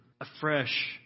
afresh